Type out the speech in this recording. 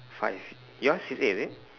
five yours is eight is it